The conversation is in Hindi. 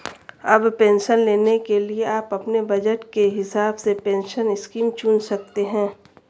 अब पेंशन लेने के लिए आप अपने बज़ट के हिसाब से पेंशन स्कीम चुन सकते हो